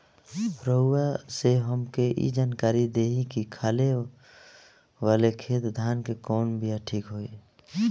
रउआ से हमके ई जानकारी देई की खाले वाले खेत धान के कवन बीया ठीक होई?